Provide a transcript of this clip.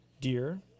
deer